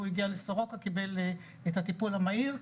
הגיע לסורוקה קיבל את הטיפול המהיר,